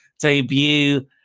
debut